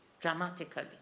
dramatically